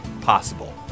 possible